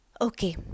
Okay